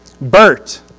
Bert